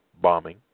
bombing